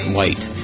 White